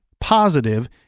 positive